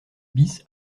bis